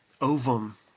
Ovum